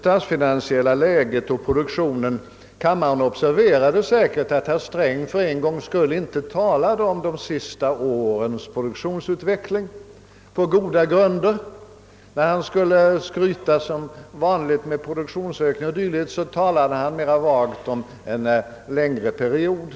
Kammarens ledamöter observerade säkert att herr Sträng för en gångs skull inte talade om de senaste årens produktionsutveckling då han berörde det statsfinansiella läget och produktionen, och det på goda grunder. Då han som vanligt skulle skryta med produktionsökningen talade han mera vagt om en längre period.